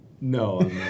No